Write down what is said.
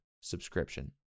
subscription